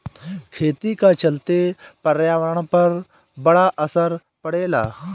खेती का चलते पर्यावरण पर बड़ा असर पड़ेला